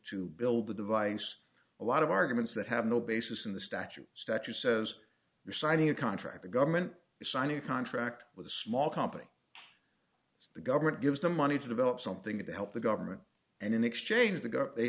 to build a device a lot of arguments that have no basis in the statute statute says you're signing a contract the government is signing a contract with a small company the government gives the money to develop something to help the government and in exchange the gov they